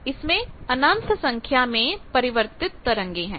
इसमेंअनंत संख्या में परावर्तित तरंगे हैं